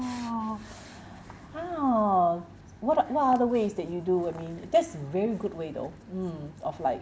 !wow! what o~ what other ways that you do with it that's very good way though mm of like